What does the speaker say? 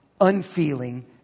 unfeeling